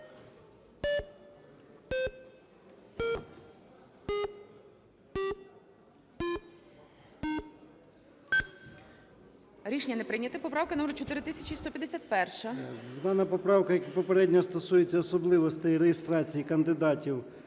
Рішення не прийнято. Поправка номер 4151. ЧЕРНЕНКО О.М. Дана поправка, як і попередня, стосується особливостей реєстрації кандидатів